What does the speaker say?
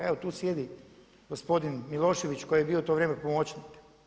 Evo tu sjedi gospodin Milošević koji je bio u to vrijeme pomoćnik.